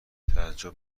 تعجب